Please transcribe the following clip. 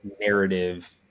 narrative